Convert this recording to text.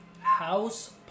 House